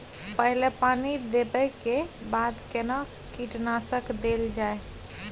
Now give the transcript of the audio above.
पहिले पानी देबै के बाद केना कीटनासक देल जाय?